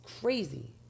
crazy